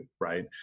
right